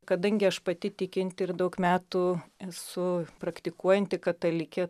kadangi aš pati tikinti ir daug metų esu praktikuojanti katalikė